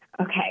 Okay